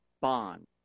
Bond